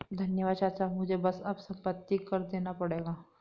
धन्यवाद चाचा मुझे बस अब संपत्ति कर देना पड़ेगा